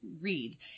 read